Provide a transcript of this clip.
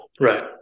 Right